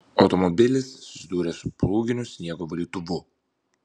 automobilis susidūrė su plūginiu sniego valytuvu